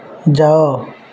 ଯାଅ